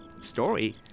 story